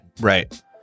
Right